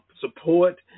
support